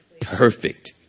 perfect